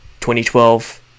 2012